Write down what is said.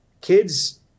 kids